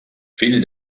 fill